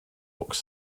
with